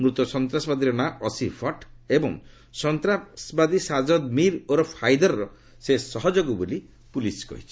ମୂତ ସନ୍ତାସବାଦୀର ନାମ ଅସିଫ୍ ଭଟ୍ଟ ଏବଂ ସନ୍ତ୍ରାସବାଦୀ ସାଜଦ୍ ମୀର୍ ଓରଫ୍ ହାଇଦରର ସେ ସହଯୋଗୀ ବୋଲି ପ୍ରଲିସ୍ କହିଛି